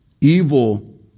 evil